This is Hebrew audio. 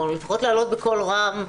או לפחות להעלות בקול רם,